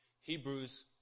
Hebrews